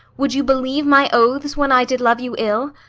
would you believe my oaths when i did love you ill?